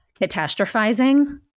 Catastrophizing